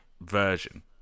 version